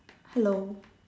hello